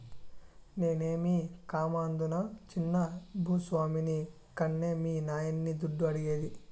నేనేమీ కామందునా చిన్న భూ స్వామిని కన్కే మీ నాయన్ని దుడ్డు అడిగేది